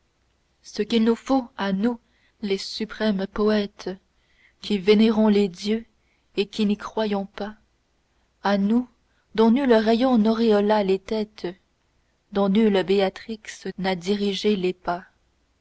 ce qu'il nous faut à nous les suprêmes poèles qui vénérons les dieux et qui n'y croyons pas a nous dont nul rayon n'auréola les têtes dont nulle béatrix n'a dirigé les pas